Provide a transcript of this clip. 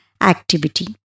activity